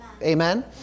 amen